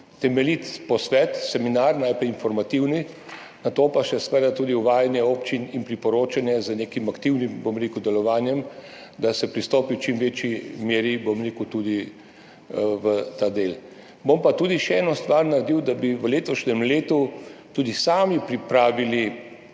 temeljit posvet, seminar, najprej informativni, nato pa seveda tudi uvajanje občin in priporočanje z nekim aktivnim delovanjem, da se pristopi v čim večji meri tudi k temu delu. Bom pa naredil še eno stvar, da bi v letošnjem letu tudi sami pripravili